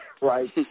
right